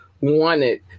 wanted